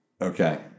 Okay